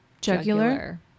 jugular